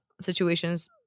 Situations